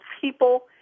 people